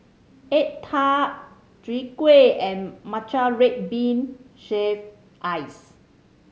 egg tart Chai Kuih and matcha red bean shave ice